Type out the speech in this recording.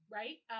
right